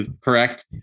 correct